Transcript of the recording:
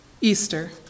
Easter